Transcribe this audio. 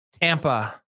Tampa